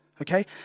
okay